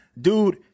dude